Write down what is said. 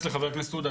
לחבר הכנסת עודה,